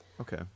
Okay